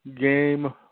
game